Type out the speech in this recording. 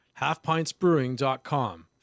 Halfpintsbrewing.com